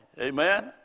Amen